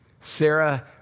Sarah